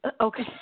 Okay